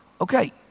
Okay